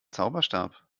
zauberstab